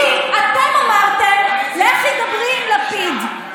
לי אתם אמרתם: לכי דברי עם לפיד.